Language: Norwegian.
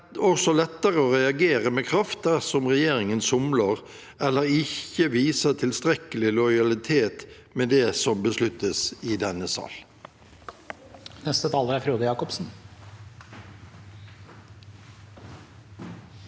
er det også lettere å reagere med kraft dersom regjeringen somler eller ikke viser tilstrekkelig lojalitet til det som besluttes i denne sal. Frode Jacobsen